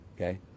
Okay